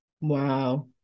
Wow